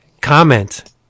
comment